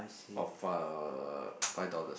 or five dollars